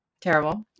Terrible